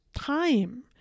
time